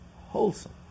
wholesome